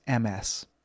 MS